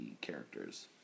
characters